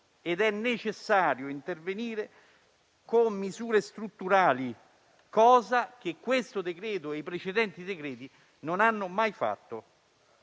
ed è necessario intervenire con misure strutturali; cosa che questo e i precedenti decreti-legge non hanno mai fatto.